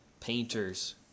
painters